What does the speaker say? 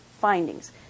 findings